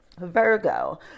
virgo